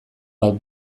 bat